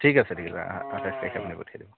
ঠিক আছে ঠিক আছে আঠাইছ তাৰিখে আপুনি পঠিয়াই দিব